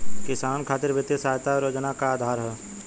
किसानन खातिर वित्तीय सहायता और योजना क आधार का ह?